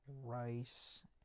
Rice